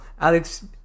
Alex